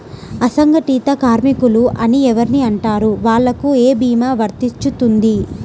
అసంగటిత కార్మికులు అని ఎవరిని అంటారు? వాళ్లకు ఏ భీమా వర్తించుతుంది?